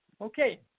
Okay